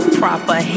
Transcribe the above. proper